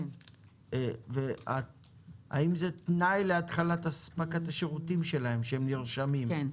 האם זה תנאי להתחלת אספקת השירותים שלהם כשהם נרשמים?